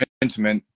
intimate